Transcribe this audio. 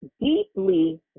deeply